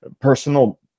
personal